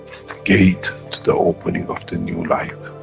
gate to the opening of the new life,